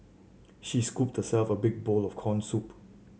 she scooped herself a big bowl of corn soup